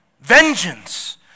Vengeance